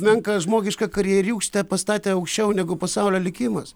menką žmogišką karjeriūkštę pastatė aukščiau negu pasaulio likimas